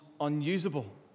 unusable